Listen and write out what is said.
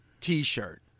t-shirt